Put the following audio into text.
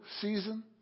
season